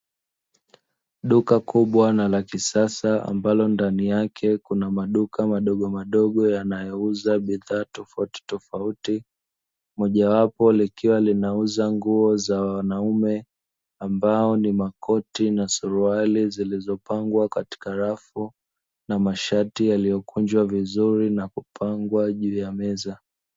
Duka kubwa na la kisasa, ambalo ndani yake kuna maduka madogo madogo yanayouza bidhaa tofauti tofauti mojawapo; likiwa linauza nguo za wanaume ambayo ni makoti na suruali, zilizopangwa katika rafu na mashati yaliyokunjwa vizuri na kupangwa juu ya meza.